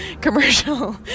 commercial